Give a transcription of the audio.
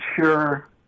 sure